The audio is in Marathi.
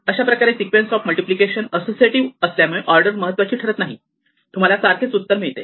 अशाप्रकारे सिक्वेन्स ऑफ मल्टिप्लिकेशन असोसिएटिव्ह असल्यामुळे ऑर्डर महत्त्वाची ठरत नाही तुम्हाला सारखेच उत्तर मिळते